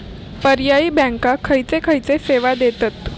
पर्यायी बँका खयचे खयचे सेवा देतत?